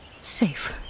Safe